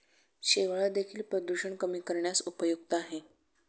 शेवाळं देखील प्रदूषण कमी करण्यास उपयुक्त आहे